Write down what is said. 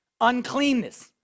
uncleanness